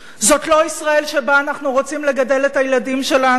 זאת לא ישראל שבה אנחנו רוצים לגדל את הילדים שלנו.